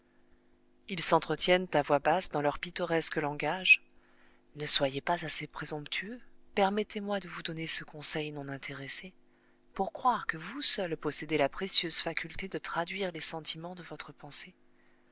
ils s'entretiennent à voix basse dans leur pittoresque langage ne soyez pas assez présomptueux permettez-moi de vous donner ce conseil non intéressé pour croire que vous seul possédez la précieuse faculté de traduire les sentiments de votre pensée